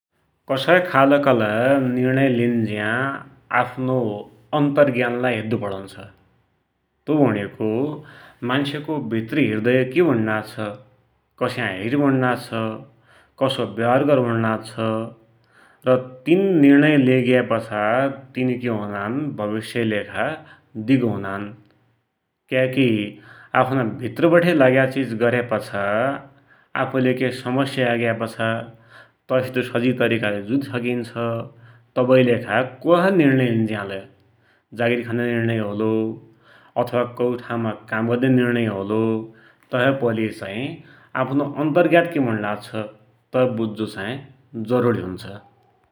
कसै खालकालै निर्णय लिन्ज्या आफ्नो अन्तरग्यानलाई हेद्दु पडुन्छ । तु भुणेको मान्सको भित्रि हृदय कि भुण्णाछ, कस्या हिट भुण्णाछ, कसो व्यवहार गर भुण्णाछ, र तिन निर्णय लेग्यापाछा तिन कि हुनान, भविस्यकी लेखा दिगो हुनान् । क्याकी आफ्ना भित्रबठे लाग्या चिज गर्यापाछा आफुले केइ समस्या आइग्यापाछा तै सित सजि तरिकाले जुधि सकिन्छ, तवैकिलेखा कसै निर्णय लिन्ज्यालै, जागीर खन्या निर्णय होलो, अथवा कोइ ठाउँमा काम गद्या निर्णय होलो तै है पैल्ली आफ्नो अन्तरग्यान कि भुण्णाछ, तै वुज्जु चाही जरुरी हुन्छ ।